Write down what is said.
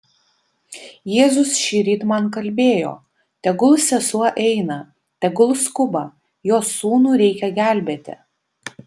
jėzus šįryt man kalbėjo tegul sesuo eina tegul skuba jos sūnų reikia gelbėti